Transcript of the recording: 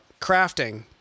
Crafting